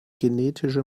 genetische